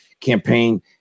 campaign